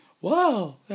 Wow